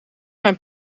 mijn